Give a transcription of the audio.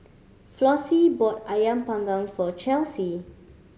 Flossie bought Ayam Panggang for Chelsey